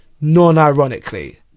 non-ironically